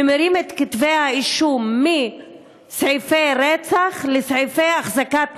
ממירים את כתבי-האישום מסעיפי רצח לסעיפי החזקת נשק.